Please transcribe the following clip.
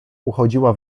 uchodziła